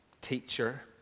teacher